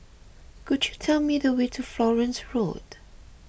could you tell me the way to Florence Road